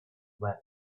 wept